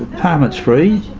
parliament's free,